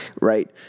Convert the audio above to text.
right